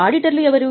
ఆడిటర్లు ఎవరు